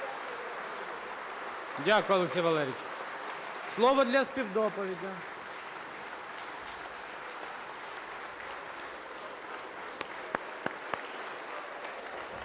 Дякую, Олексій Валерійович. Слово для співдоповіді